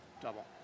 double